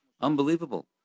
Unbelievable